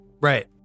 Right